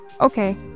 okay